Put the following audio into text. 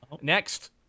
Next